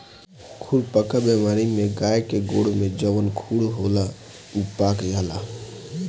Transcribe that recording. खुरपका बेमारी में गाय के गोड़ में जवन खुर होला उ पाक जाला